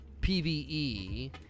PVE